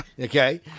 okay